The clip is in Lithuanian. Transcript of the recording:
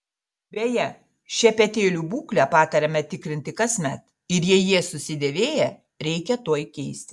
beje šepetėlių būklę patariama tikrinti kasmet ir jei jie susidėvėję reikia tuoj keisti